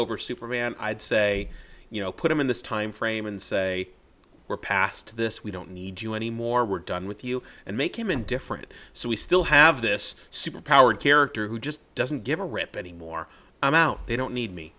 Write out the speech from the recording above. over superman i'd say you know put him in this time frame and say we're past this we don't need you anymore we're done with you and make him and different so we still have this super powered character who just doesn't give a rip anymore i'm out they don't